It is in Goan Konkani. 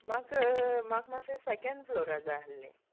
म्हाका म्हाका माश्शें सॅकॅन फ्लोरार जाय आसलें